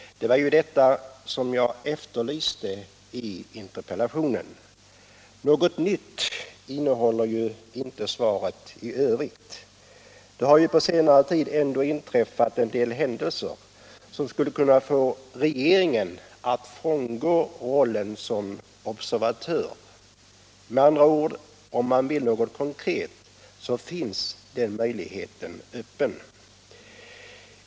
Det var ju detta jag efterlyste i interpellationen. Något nytt innehåller svaret inte i övrigt. Det har ju på senare tid ändå inträffat en del händelser som skulle kunnat få regeringen att frångå rollen som observatör. Med andra ord: Om man vill något konkret står möjligheten att genomföra det öppen.